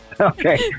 Okay